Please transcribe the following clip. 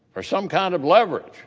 for some kind of leverage.